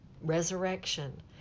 resurrection